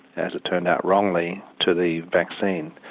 as it turned out wrongly, to the vaccine.